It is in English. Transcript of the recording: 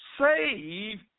save